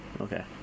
okay